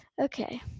Okay